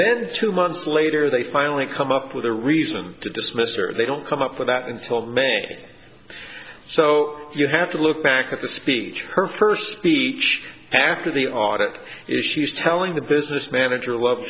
then two months later they finally come up with a reason to dismiss or they don't come up with that and told me so you have to look back at the speech her first speech after the audit issues telling the business manager love